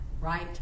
right